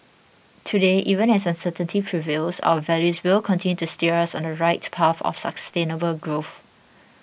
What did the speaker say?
today even as uncertainty prevails our values will continue to steer us on the right path of sustainable growth